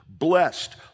blessed